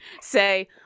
say